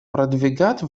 продвигать